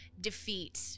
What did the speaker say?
defeat